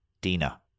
Dina